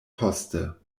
poste